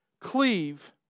cleave